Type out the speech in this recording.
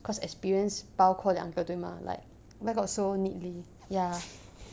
cause experience 包括两个对吗 like where got so neatly ya